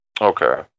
Okay